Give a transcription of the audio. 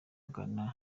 ghana